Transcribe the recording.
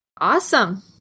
Awesome